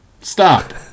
Stop